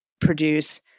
Produce